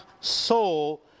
soul